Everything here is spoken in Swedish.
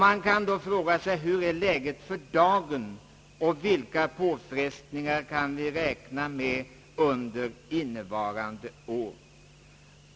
Man kan då fråga sig: Hur är läget för dagen, och vilka påfrestningar kan vi räkna med under innevarande år?